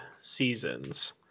seasons